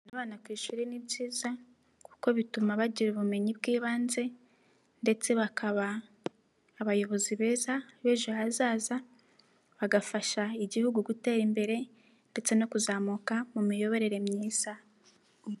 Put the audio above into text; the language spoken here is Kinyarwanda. Abana ku ishuri ni byiza kuko bituma bagira ubumenyi bw'ibanze ndetse bakaba abayobozi beza b'ejo hazaza bagafasha igihugu gutera imbere ndetse no kuzamuka mu miyoborere myiza.